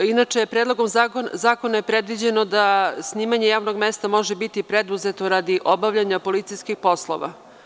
Inače, Predlogom zakona je predviđeno da snimanje javnog mesta može biti preduzeto radi obavljanja policijskih poslova.